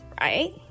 right